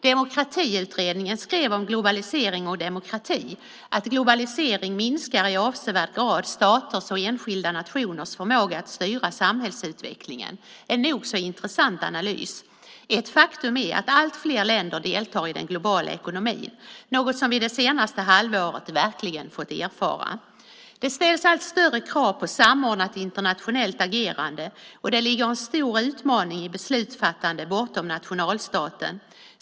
Demokratiutredningen skrev om globalisering och demokrati att globalisering minskar i avsevärd grad staters och enskilda nationers förmåga att styra samhällsutvecklingen. Det är en nog så intressant analys. Ett faktum är att allt fler länder deltar i den globala ekonomin. Det är något som vi det senaste halvåret verkligen fått erfara. Det ställs allt större krav på samordnat internationellt agerande, och det ligger en stor utmaning i beslutsfattande bortom nationalstaten.